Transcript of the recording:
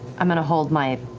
i'm going to hold my